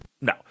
No